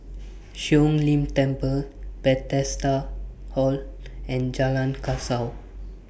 Siong Lim Temple Bethesda Hall and Jalan Kasau